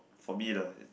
for me lah it